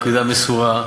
פקידה מסורה,